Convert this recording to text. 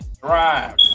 drive